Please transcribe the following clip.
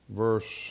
verse